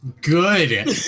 Good